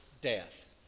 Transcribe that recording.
death